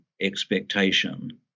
expectation